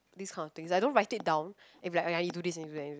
this kind of things I don't write it down if I ah ya you do this and you do that